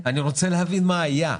אני רוצה להבין מה היה.